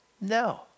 no